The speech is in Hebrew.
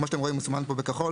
כמו שאתם רואים, מסומן פה בכחול.